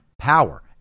power